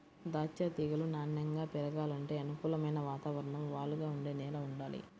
దాచ్చా తీగలు నాన్నెంగా పెరగాలంటే అనుకూలమైన వాతావరణం, వాలుగా ఉండే నేల వుండాలి